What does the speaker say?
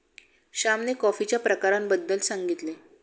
श्यामने कॉफीच्या प्रकारांबद्दल सांगितले